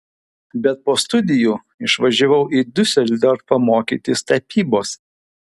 bet po studijų išvažiavau į diuseldorfą mokytis tapybos